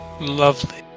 lovely